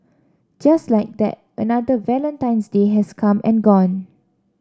just like that another Valentine's Day has come and gone